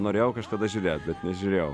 norėjau kažkada žiūrėt bet nežiūrėjau